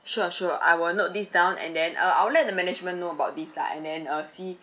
sure sure I will note this down and then uh I'll let the management know about this lah and then uh see